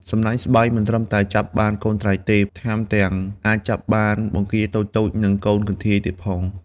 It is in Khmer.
សំណាញ់ស្បៃ មិនត្រឹមតែចាប់បានកូនត្រីទេ ថែមទាំងអាចចាប់បានបង្គាតូចៗ និងកូនកន្ធាយទៀតផង។